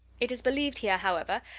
it is believed here, however,